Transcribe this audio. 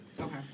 Okay